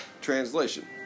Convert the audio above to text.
translation